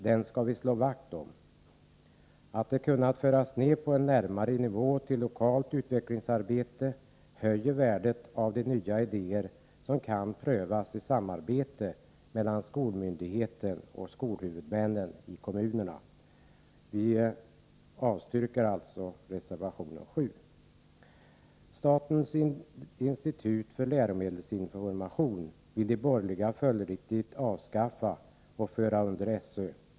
Att dessa kontakter kunnat föras ner på en nivå närmare ett lokalt utvecklingsarbete höjer värdet av de nya idéer som kan prövas i samarbete mellan skolmyndigheten och skolhuvudmännen i kommunerna. Jag avstyrker alltså reservation 7. Statens institut för läromedelsinformation vill de borgerliga följdriktigt avskaffa och föra in under SÖ.